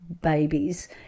babies